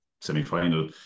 semi-final